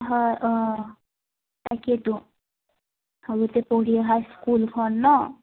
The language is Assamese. হয় অঁ তাকেইতো সৰুতে পঢ়ি অহা স্কুলখন ন